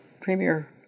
premier